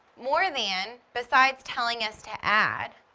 more than, besides telling us to add,